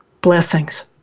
blessings